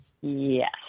Yes